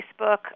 Facebook